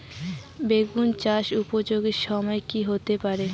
বেগুন চাষের উপযোগী সময় কি হতে পারে?